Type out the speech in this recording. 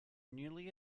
newly